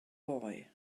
boy